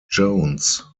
jones